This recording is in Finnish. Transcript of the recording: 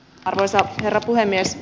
arvoisa herra puhemies